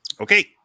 Okay